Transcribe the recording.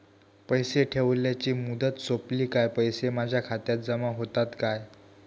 पैसे ठेवल्याची मुदत सोपली काय पैसे माझ्या खात्यात जमा होतात काय?